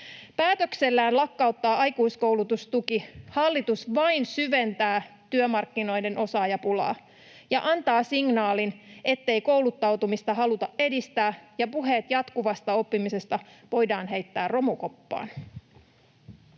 Päätöksellään lakkauttaa aikuiskoulutustuki hallitus vain syventää työmarkkinoiden osaajapulaa ja antaa signaalin, ettei kouluttautumista haluta edistää ja puheet jatkuvasta oppimisesta voidaan heittää romukoppaan.